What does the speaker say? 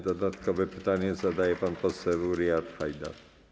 Dodatkowe pytanie zadaje pan poseł Riad Haidar.